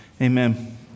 Amen